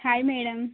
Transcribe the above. hi madam